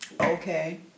Okay